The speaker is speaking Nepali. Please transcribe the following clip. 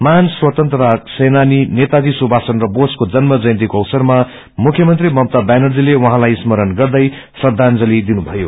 महान स्वतन्त्रता सेनानी नेताजी सुपाष चन्द्र बोसको जन्म जयन्तीको अवसरमा मुख्यमंत्री ममता व्यानर्जीले उहाँलाइ स्मरण गर्दै श्रदाजंली दिनुषयो